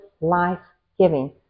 life-giving